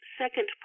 second